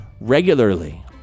regularly